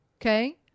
Okay